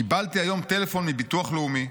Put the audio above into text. קיבלתי היום טלפון מביטוח לאומי,